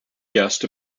guest